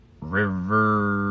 river